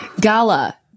Gala